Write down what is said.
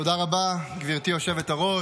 תודה רבה, גברתי היושבת-ראש.